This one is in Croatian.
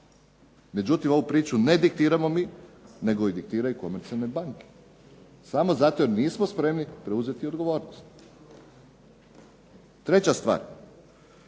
Međutim, ovu priču ne diktiramo mi nego je diktiraju komercijalne banke, samo zato jer nismo spremni preuzeti odgovornost. Treća stvar,